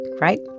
right